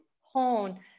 hone